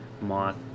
moth